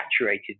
saturated